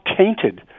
tainted